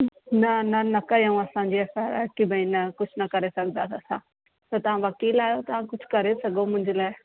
न न न कयऊं असांजे असां की भई न कुझु न करे सघंदासि असां त तव्हां वकील आहियो तव्हां कुझु करे सघो मुंहिंजे लाइ